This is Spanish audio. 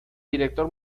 director